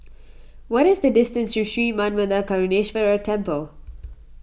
what is the distance to Sri Manmatha Karuneshvarar Temple